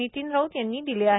नितीन राऊत यांनी दिले आहे